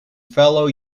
fellow